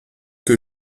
que